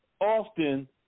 often